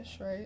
right